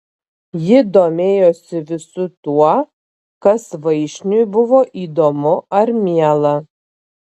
ji domėjosi visu tuo kas vaišniui buvo įdomu ar miela